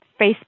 Facebook